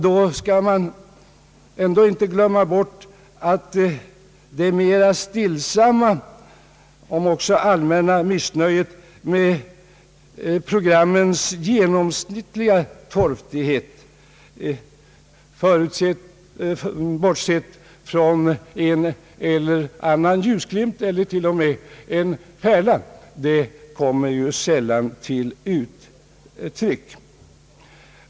Då skall man ändå inte glömma bort att det mera still samma om också allmänna missnöjet med programmens genomsnittliga torftighet, bortsett från en och annan ljusglimt eller till och med pärla, sällan kommer till uttryck.